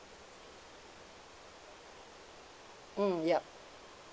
mm yup